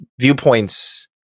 viewpoints